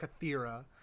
Kathira